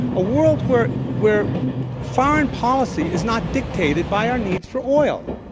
a world where where foreign policy is not dictated by our need for oil.